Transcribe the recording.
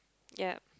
ya